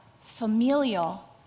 familial